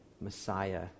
Messiah